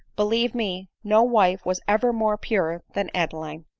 believe me, no wife was ever more pure than adeline.